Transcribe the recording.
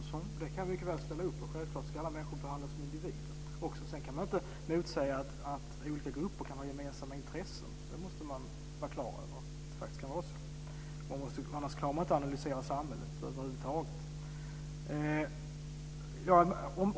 Herr talman! Det kan jag mycket väl ställa upp på. Självklart ska alla människor behandlas som individer. Samtidigt måste man vara klar över att olika grupper kan ha gemensamma intressen. Annars kan man över huvud taget inte analysera samhället.